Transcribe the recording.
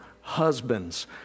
husbands